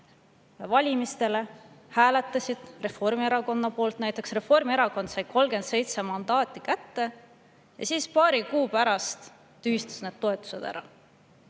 valimistele, hääletasid Reformierakonna poolt, Reformierakond sai 37 mandaati kätte – ja siis paari kuu pärast tühistas need toetused ära?